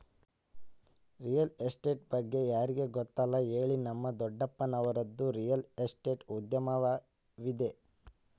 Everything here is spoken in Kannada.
ರಿಯಲ್ ಎಸ್ಟೇಟ್ ಬಗ್ಗೆ ಯಾರಿಗೆ ಗೊತ್ತಿಲ್ಲ ಹೇಳಿ, ನಮ್ಮ ದೊಡ್ಡಪ್ಪನವರದ್ದು ರಿಯಲ್ ಎಸ್ಟೇಟ್ ಉದ್ಯಮವಿದೆ